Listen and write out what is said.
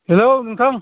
hello नोंथां